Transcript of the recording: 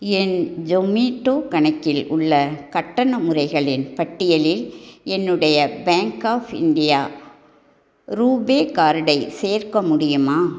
என் ஜொமேட்டோ கணக்கில் உள்ள கட்டண முறைகளின் பட்டியலில் என்னுடைய பேங்க் ஆஃப் இந்தியா ரூபே கார்டை சேர்க்க முடியுமா